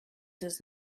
does